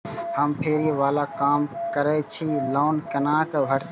हम फैरी बाला काम करै छी लोन कैना भेटते?